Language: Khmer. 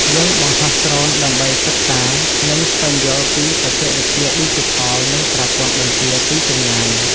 យើងបង្ហោះដ្រូនដើម្បីសិក្សា និងស្វែងយល់ពីបច្ចេកវិទ្យាឌីជីថល និងប្រព័ន្ធបញ្ជាពីចម្ងាយ។